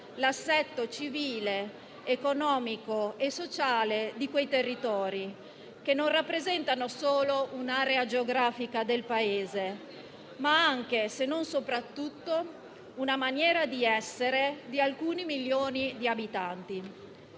l'assetto civile, economico e sociale di quei territori che non rappresentano solo un'area geografica del Paese, ma anche - se non soprattutto - una maniera di essere di alcuni milioni di abitanti.